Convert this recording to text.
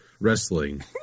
wrestling